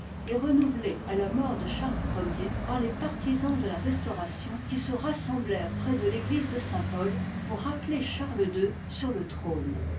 et renouvelée à la mort de charles i par les partisans de la restauration qui se rassemblèrent près de l'église de saint pau pour rappeler charles h sur le trône